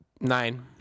Nine